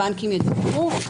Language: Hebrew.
הבנקים ידווחו,